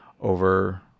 over